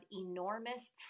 enormous